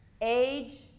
Age